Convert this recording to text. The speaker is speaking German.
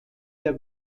der